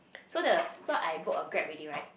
so the so I book a Grab already right